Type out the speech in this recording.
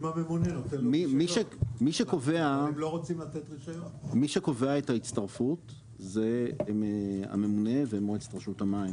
מי שקובע את ההצטרפות זה הממונה ומועצת רשות המים,